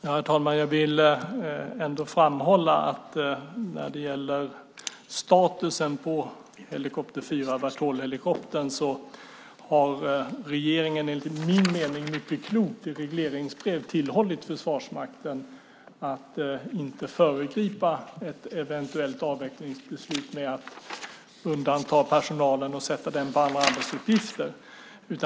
Herr talman! Jag vill ändå framhålla att när det gäller statusen på helikopter 4, Vertolhelikoptern, är regeringen enligt min mening mycket klok som i regleringsbrev har tillhållit Försvarsmakten att inte föregripa ett eventuellt avvecklingsbeslut med att undanta personalen och sätta den på andra arbetsuppgifter.